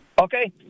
Okay